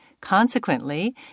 Consequently